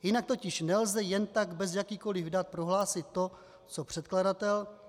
Jinak totiž nelze jen tak bez jakýchkoli dat prohlásit to co předkladatel.